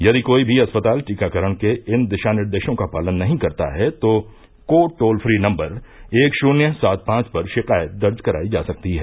यदि कोई भी अस्पताल टीकाकरण के इन दिशानिर्देशों का पालन नहीं करता है तो को टोल फ्री नंबर एक शून्य सात पांच पर शिकायत दर्ज कराई जा सकती है